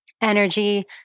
energy